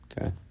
okay